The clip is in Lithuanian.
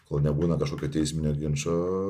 kol nebūna kažkokio teisminio ginčo